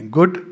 Good